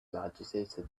agitated